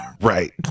right